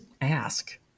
ask